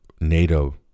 NATO